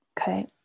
Okay